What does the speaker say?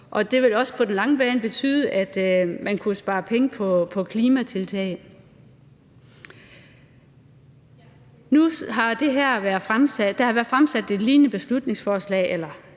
det ville også på den lange bane betyde, at man kunne spare penge på klimatiltag. Nu har der været fremsat et lignende beslutningsforslag